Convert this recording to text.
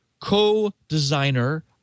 co-designer